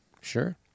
Sure